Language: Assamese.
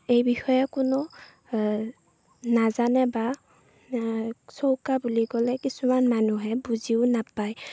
এই বিষয়ে কোনো নাজানে বা চৌকা বুলি ক'লে কিছুমান মানুহে বুজিও নাপায়